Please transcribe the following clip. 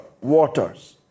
Waters